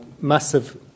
massive